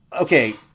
okay